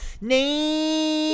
Name